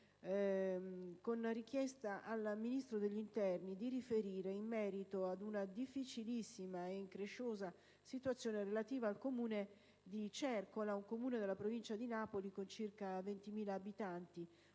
cui si chiede al Ministro dell'interno di riferire in merito ad una difficilissima e incresciosa situazione relativa al Comune di Cercola, in provincia di Napoli, che conta circa 20.000 abitanti.